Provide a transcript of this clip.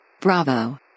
Bravo